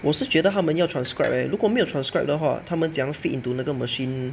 我是觉得他们要 transcribe leh 如果没有 transcribe 的话他们怎么样 feed into 那个 machine